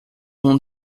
mundo